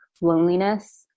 loneliness